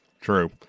true